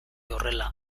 horrela